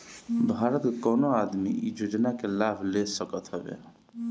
भारत के कवनो आदमी इ योजना के लाभ ले सकत हवे